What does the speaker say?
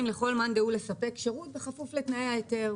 לכל מאן דהוא לספק שירות בכפוף לתנאי ההיתר.